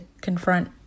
confront